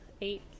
Eight